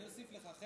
אני אוסיף לך.